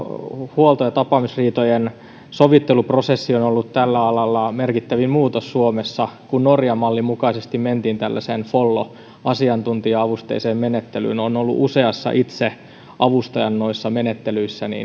huolto ja tapaamisriitojen sovitteluprosessi on ollut tällä alalla merkittävin muutos suomessa kun norjan mallin mukaisesti mentiin tällaiseen follo asiantuntija avusteiseen menettelyyn olen ollut usein itse avustajana noissa menettelyissä niin